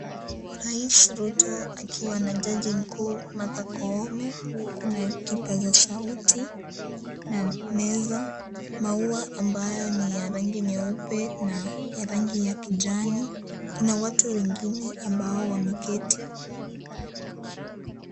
Rais Ruto akiwa na jaji mkuu Martha Koome kuna kipaza sauti na meza, maua ambayo ni ya rangi nyeupe na ya rangi ya kijani kuna watu wengine ambao wameketi.